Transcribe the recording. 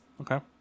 Okay